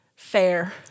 Fair